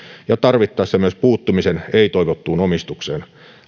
ja tarvittaessa myös puuttumisen ei toivottuun omistukseen